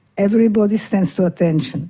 everybody stands to attention